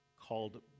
called